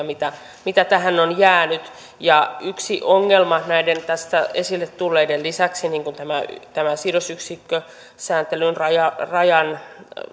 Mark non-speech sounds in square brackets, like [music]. [unintelligible] mitä mitä tähän on jäänyt yksi ongelma tässä näiden esille tulleiden lisäksi niin kuin tämä tämä sidosyksikkösääntelyn rajan rajan